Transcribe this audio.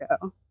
go